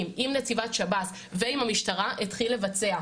עם נציבת שב"ס ועם המשטרה התחיל לבצע.